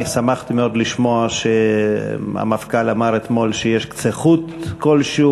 אני שמחתי מאוד לשמוע שהמפכ"ל אמר אתמול שיש קצה חוט כלשהו.